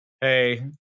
hey